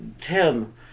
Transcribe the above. Tim